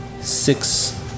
six